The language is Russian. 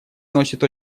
носит